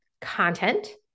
content